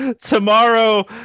tomorrow